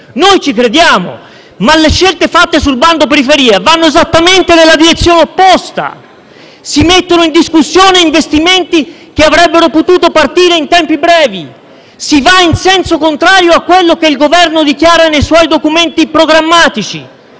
Noi ci crediamo, ma le scelte fatte sul bando periferie vanno esattamente nella direzione opposta: si mettono in discussione investimenti che avrebbero potuto partire in tempi brevi, si va in senso contrario a quello che il Governo dichiara nei suoi documenti programmatici.